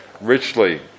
richly